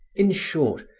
in short,